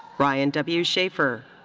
ryan w. schaefer.